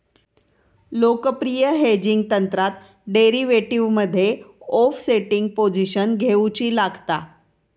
लोकप्रिय हेजिंग तंत्रात डेरीवेटीवमध्ये ओफसेटिंग पोझिशन घेउची लागता